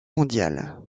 mondiale